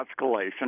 escalation